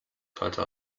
teilte